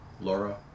Laura